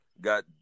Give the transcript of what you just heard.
got